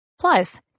Plus